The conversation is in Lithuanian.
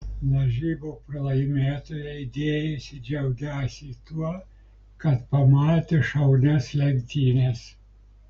lažybų pralaimėtojai dėjosi džiaugiąsi tuo kad pamatė šaunias lenktynes